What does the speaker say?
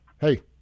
Hey